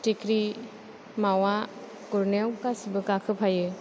फिथिख्रि मावा गुरनायाव गासैबो गाखोफायो